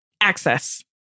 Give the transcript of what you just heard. Access